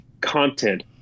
content